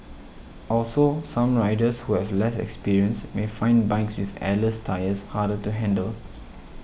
also some riders who have less experience may find bikes with airless tyres harder to handle